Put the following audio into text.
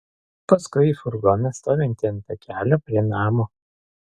paskui į furgoną stovintį ant takelio prie namo